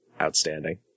outstanding